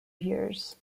years